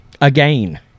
Again